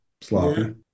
sloppy